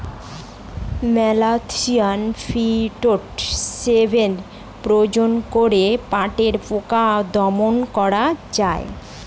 Malathion fifty seven প্রয়োগ করে পাটের পোকা দমন করা যায়?